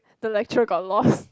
the lecturer got lost